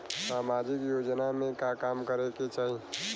सामाजिक योजना में का काम करे के चाही?